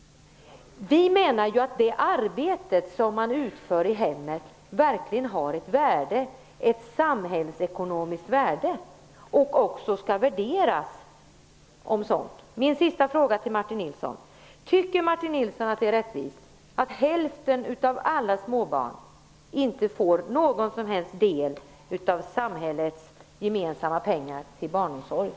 Vi menar att det arbete som utförs i hemmet verkligen har ett samhällsekonomiskt värde. Det här arbetet skall också värderas från den aspekten. Nilsson att det är rättvist att hälften av alla småbarn inte får någon som helst del av samhällets gemensamma pengar till barnomsorgen?